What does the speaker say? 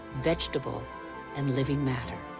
vegetable and living matter.